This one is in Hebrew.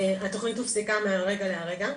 התוכנית הופסקה מהרגע-להרגע,